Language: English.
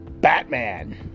Batman